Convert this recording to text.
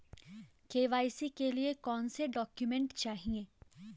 KYC के लिए कौनसे डॉक्यूमेंट चाहिये?